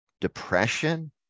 depression